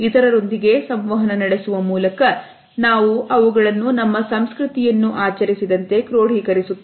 ಇತರರೊಂದಿಗೆ ಸಂವಹನ ನಡೆಸುವ ಮೂಲಕ ನಾವು ಅವುಗಳನ್ನು ನಮ್ಮ ಸಂಸ್ಕೃತಿಯನ್ನು ಆಚರಿಸಿದಂತೆ ಕ್ರೋಢೀಕರಿಸುತ್ತವೆ